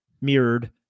mirrored